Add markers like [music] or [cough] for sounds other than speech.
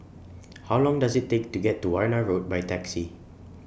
[noise] How Long Does IT Take to get to Warna Road By Taxi